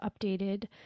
updated